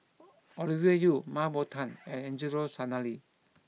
Ovidia Yu Mah Bow Tan and Angelo Sanelli